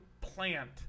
plant